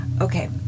Okay